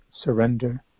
surrender